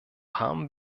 haben